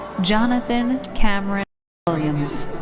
jonathan cameron williams.